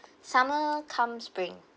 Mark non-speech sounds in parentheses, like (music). (breath) summer cum spring